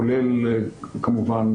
כולל כמובן